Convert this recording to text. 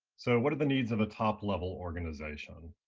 so what are the needs of a top-level organization?